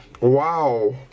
Wow